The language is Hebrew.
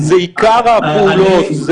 זה עיקר הפעולות?